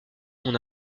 mon